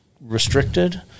restricted